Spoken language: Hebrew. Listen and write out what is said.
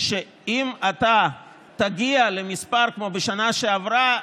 אם אתה תגיע למספר כמו בשנה שעברה,